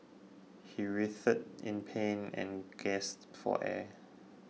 he writhed in pain and gasped for air